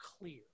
clear